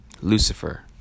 Lucifer